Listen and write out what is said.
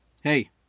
hey